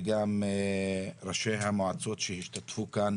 וגם ראשי המועצות שהשתתפו כאן